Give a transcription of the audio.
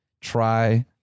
try